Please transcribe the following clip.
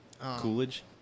Coolidge